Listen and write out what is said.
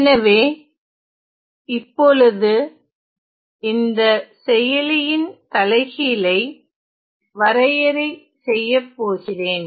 எனவே இப்பொழுது இந்த செயலியின் தலைகீழை வரையறை செய்ய போகிறேன்